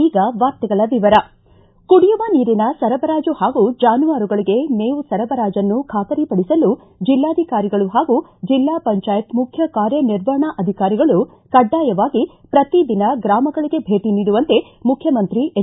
ಈಗ ವಾರ್ತೆಗಳ ವಿವರ ಕುಡಿಯುವ ನೀರಿನ ಸರಬರಾಜು ಹಾಗೂ ಜಾನುವಾರುಗಳಿಗೆ ಮೇವು ಸರಬರಾಜನ್ನು ಖಾತರಿ ಪಡಿಸಲು ಜಿಲ್ಲಾಧಿಕಾರಿಗಳು ಹಾಗೂ ಜಿಲ್ಲಾ ಪಂಚಾಯತ್ ಮುಖ್ಯ ಕಾರ್ಯ ನಿರ್ವಪಣಾಧಿಕಾರಿಗಳು ಕಡ್ಡಾಯವಾಗಿ ಪ್ರತಿ ದಿನ ಗ್ರಾಮಗಳಿಗೆ ಭೇಟಿ ನೀಡುವಂತೆ ಮುಖ್ಯಮಂತ್ರಿ ಎಚ್